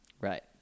Right